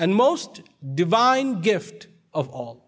and most divine gift of all